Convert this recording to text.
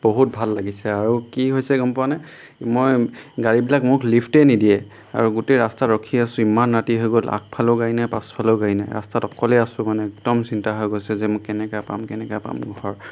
বহুত ভাল লাগিছে আৰু কি হৈছে গম পোৱানে মই গাড়ীবিলাক মোক লিফটেই নিদিয়ে আৰু গোটেই ৰাস্তাত ৰখি আছোঁ ইমান ৰাতি হৈ গ'ল আগফালেও গাড়ী নাই পাছফালেও গাড়ী নাই ৰাস্তাত অকলে আছোঁ মানে একদম চিন্তা হৈ গৈছে যে মই কেনেকৈ পাম কেনেকৈ পাম ঘৰ